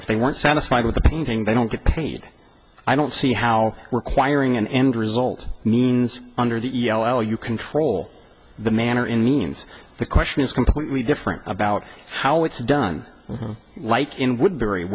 if they weren't satisfied with the painting they don't get paid i don't see how requiring an end result means under the e l l you control the manner in means the question is completely different about how it's done like in woodbury